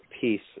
peace